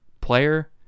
player